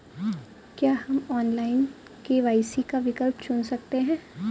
क्या हम online KYC का विकल्प चुन सकते हैं?